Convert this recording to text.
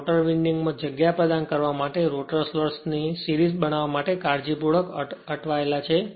આ rotor winding માટે જગ્યા પ્રદાન કરવા માટે રોટર સ્લોટ્સ ની સીરીજ બનાવવા માટે કાળજીપૂર્વક અટવાયેલા છે